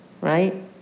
right